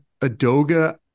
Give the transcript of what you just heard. Adoga